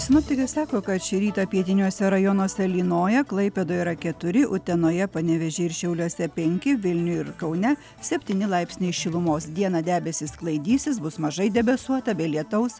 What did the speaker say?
sinoptikai sako kad šį rytą pietiniuose rajonuose lynoja klaipėdoje yra keturi utenoje panevėžyje ir šiauliuose penki vilniuje ir kaune septyni laipsniai šilumos dieną debesys sklaidysis bus mažai debesuota be lietaus